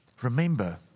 Remember